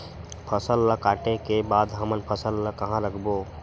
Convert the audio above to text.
फसल ला काटे के बाद हमन फसल ल कहां रखबो?